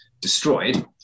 destroyed